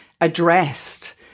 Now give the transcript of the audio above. addressed